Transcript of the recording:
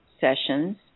sessions